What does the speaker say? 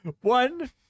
One